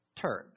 turn